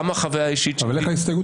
גם מהחוויה האישית שלי --- איך ההסתייגות